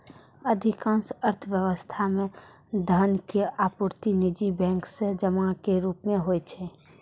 अधिकांश अर्थव्यवस्था मे धनक आपूर्ति निजी बैंक सं जमा के रूप मे होइ छै